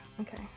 Okay